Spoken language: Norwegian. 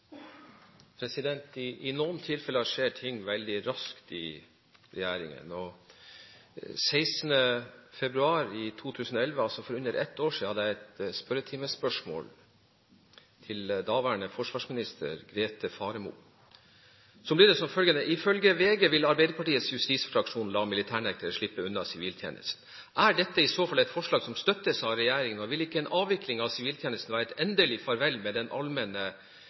I noen tilfeller skjer ting veldig raskt i regjeringen. Den 16. februar 2011, altså for under ett år siden, hadde jeg et spørretimespørsmål til daværende forsvarsminister Grete Faremo som lød: «Ifølge VG vil Arbeiderpartiets justisfraksjon la militærnektere slippe unna siviltjenesten. Er dette i så fall et forslag som støttes av regjeringen, og vil ikke en avvikling av siviltjenesten være et endelig farvel til den allmenne